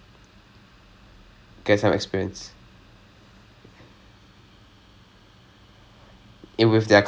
do something specifically and see if I'm good at this lah like try something see if I'm good at it